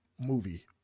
movie